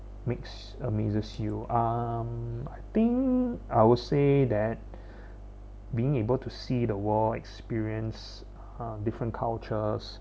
makes amazes you um I think I will say that being able to see the world experience different cultures